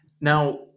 Now